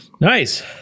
Nice